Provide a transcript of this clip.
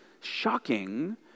shocking